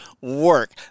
work